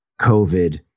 COVID